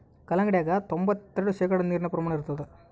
ಕಲ್ಲಂಗಡ್ಯಾಗ ತೊಂಬತ್ತೆರೆಡು ಶೇಕಡಾ ನೀರಿನ ಪ್ರಮಾಣ ಇರತಾದ